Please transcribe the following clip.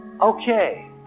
Okay